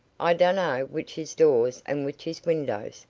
i dunno which is doors and which is windows,